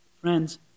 Friends